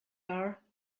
are